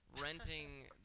renting